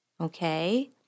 Okay